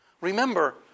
Remember